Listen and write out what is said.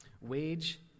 wage